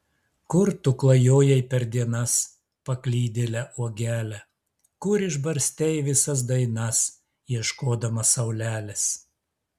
kur tu klajojai per dienas paklydėle uogele kur išbarstei visas dainas ieškodama saulelės